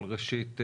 אבל ראשית,